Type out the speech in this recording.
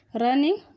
running